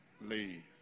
leave